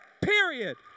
period